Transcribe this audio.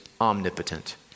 omnipotent